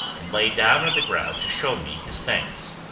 and lay down on the ground to show me his thanks.